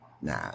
Nah